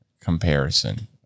comparison